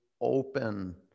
open